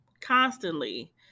constantly